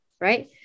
right